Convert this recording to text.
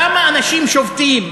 למה אנשים שובתים?